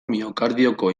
miokardioko